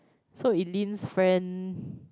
so Eileen's friend